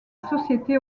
société